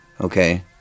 Okay